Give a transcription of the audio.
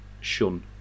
shun